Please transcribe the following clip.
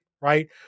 right